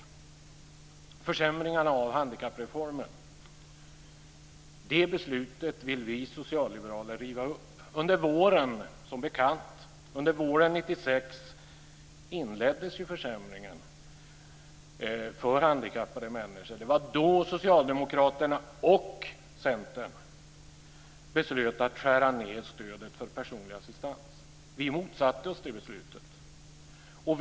Beslutet om försämringar av handikappreformen vill vi socialliberaler riva upp. Under våren 1996 inleddes som bekant försämringar för handikappade människor. Det var då Socialdemokraterna och Centern beslöt att skära ned stödet för personlig assistans. Vi motsatte oss det beslutet.